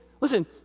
listen